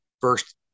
first